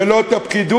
ולא את הפקידוּת,